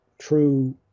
true